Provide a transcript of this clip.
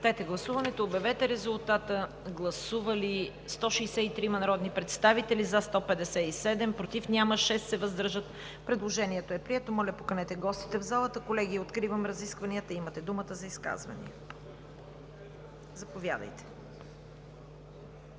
на гласуване по така направената процедура. Гласували 163 народни представители: за 157, против няма, въздържали се 6. Предложението е прието. Моля, поканете гостите в залата. Колеги, откривам разискванията. Имате думата за изказвания. Заповядайте